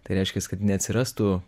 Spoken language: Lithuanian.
tai reiškias kad neatsirastų